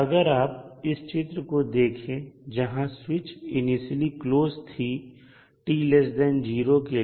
अगर आप इस चित्र को देखें जहां स्विच इनिशियली क्लोज थी t0 के लिए